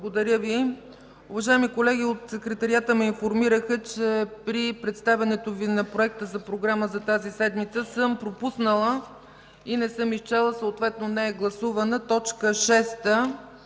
не е прието. Уважаеми колеги, от Секретариата ме информираха, че при представянето на Проекта за програма за тази седмица съм пропуснала и не съм изчела, съответно не е гласувана, точка шеста